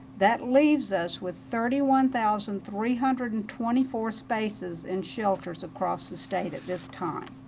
that leaves us with thirty one thousand three hundred and twenty four spaces in shelters across the state at this time.